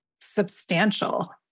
substantial